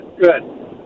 good